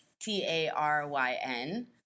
T-A-R-Y-N